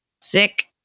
Sick